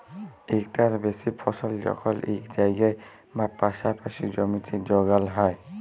ইকটার বেশি ফসল যখল ইক জায়গায় বা পাসাপাসি জমিতে যগাল হ্যয়